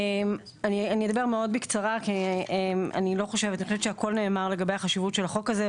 אני אדבר מאוד בקצרה כי אני חושבת שהכל נאמר לגבי החשיבות של החוק הזה,